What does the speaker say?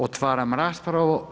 Otvaram raspravu.